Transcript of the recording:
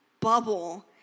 bubble